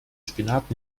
spinat